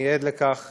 אני עד לכך